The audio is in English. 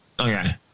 Okay